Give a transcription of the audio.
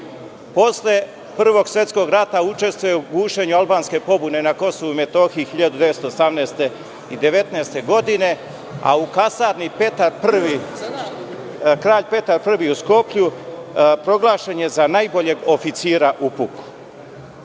Posle Prvog svetskog rata učestvuje u gušenju albanske pobune na Kosovu i Metohiji 1918. i 1919. godine, a u kasarni „ Kralj Petar Prvi“ u Skoplju proglašen je za najboljeg oficira u puku. Ono